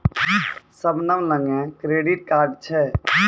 शबनम लगां credit card छै